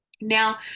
Now